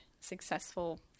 successful